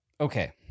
Okay